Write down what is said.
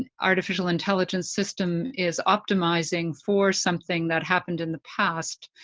and artificial intelligence system is optimizing for something that happened in the past,